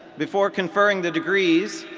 before conferring the degrees,